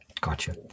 gotcha